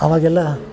ಅವಾಗೆಲ್ಲ